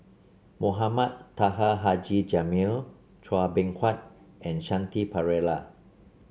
Mohamed Taha Haji Jamil Chua Beng Huat and Shanti Pereira